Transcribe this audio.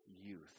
youth